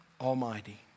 Almighty